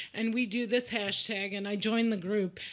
and we do this hashtag. and i joined the group.